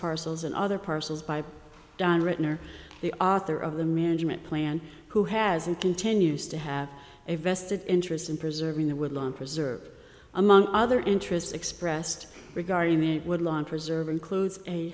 parcels and other parcels by don written or the author of the management plan who has and continues to have a vested interest in preserving the woodland preserve among other interests expressed regarding the woodland preserve includes a